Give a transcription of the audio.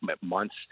months